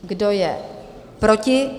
Kdo je proti?